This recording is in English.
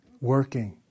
working